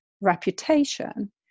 reputation